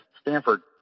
Stanford